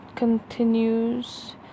continues